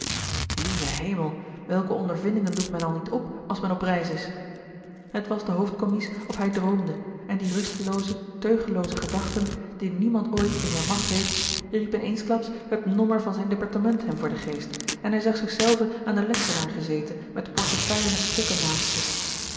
lieve hemel welke ondervindingen doet men al niet op als men op reis is het was den hoofdcommies of hij droomde en die rustelooze teugelooze gedachten die niemand ooit in zijne macht heeft riepen eensklaps het nommer van zijn departement hem voor den geest en hij zag zich zelven aan den lessenaar gezeten met de portefeuille met stukken naast zich